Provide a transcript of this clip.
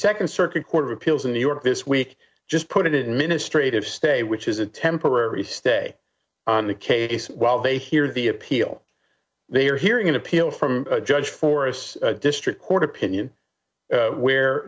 second circuit court of appeals in new york this week just put it in ministry to stay which is a temporary stay on the case while they hear the appeal they are hearing an appeal from a judge for us district court opinion where